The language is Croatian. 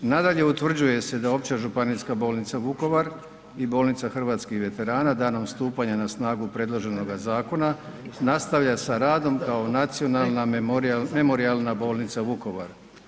Nadalje, utvrđuje se da Opća županjska bolnica Vukovar i Bolnica hrvatskih veterana danom stupanja na snagu predloženoga zakona nastavlja sa radom kao Nacionalna memorijalna bolnica Vukovar.